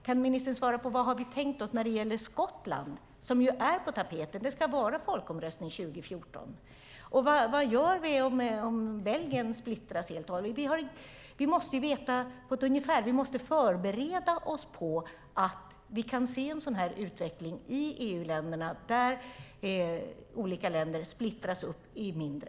Kan ministern svara på vad vi har tänkt oss när det gäller Skottland, som ju är på tapeten. De ska hålla folkomröstning 2014. Och vad gör vi om Belgien splittras helt och hållet? Vi måste förbereda oss på att vi kan se en utveckling i EU där olika länder splittras upp i mindre.